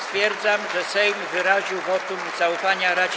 Stwierdzam, że Sejm wyraził wotum zaufania Radzie